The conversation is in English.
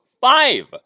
five